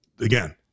again